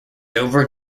dover